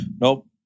Nope